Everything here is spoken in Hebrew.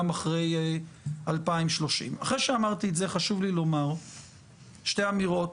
אחרי 2030. אחרי שאמרתי את זה חשוב לי לומר שתי אמירות.